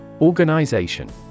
Organization